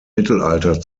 mittelalter